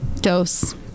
dose